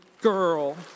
girl